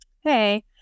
Hey